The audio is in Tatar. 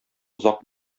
озак